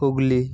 Hooghly